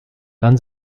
dann